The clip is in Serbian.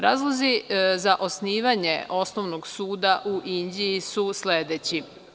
Razlozi za Osnivanje osnovnog suda u Inđiji su sledeći.